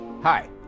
Hi